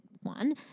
one